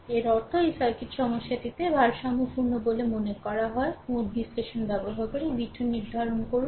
এর অর্থ এই সার্কিট সমস্যাটিতে ভারসাম্যপূর্ণ বলে মনে করা হয় নোড বিশ্লেষণ ব্যবহার করে v2 নির্ধারণ করুন